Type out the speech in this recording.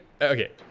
okay